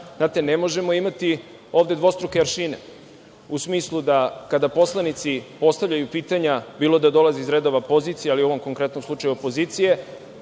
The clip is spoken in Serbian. znate ne možemo imati ovde dvostruke aršine u smislu da kada poslanici postavljaju pitanja, bilo da dolaze iz redova pozicije, ali u ovom konkretnom slučaju opozicije,